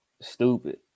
Stupid